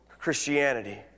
Christianity